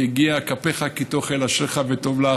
"יגיע כפיך כי תאכל אשריך וטוב לך.